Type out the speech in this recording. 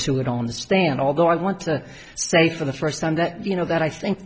to it on the stand although i want to say for the first time that you know that i think